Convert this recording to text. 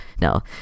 no